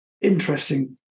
interesting